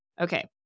Okay